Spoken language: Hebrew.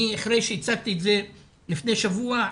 אחרי שהצגתי את זה לפני שבוע,